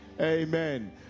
amen